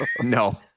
No